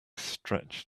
stretch